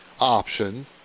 option